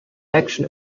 action